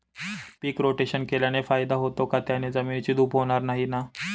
पीक rotation केल्याने फायदा होतो का? त्याने जमिनीची धूप होणार नाही ना?